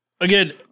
again